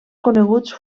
coneguts